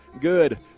Good